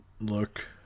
look